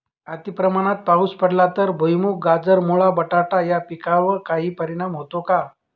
अतिप्रमाणात पाऊस पडला तर भुईमूग, गाजर, मुळा, बटाटा या पिकांवर काही परिणाम होतो का?